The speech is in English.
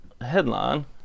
headline